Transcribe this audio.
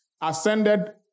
ascended